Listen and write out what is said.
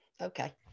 Okay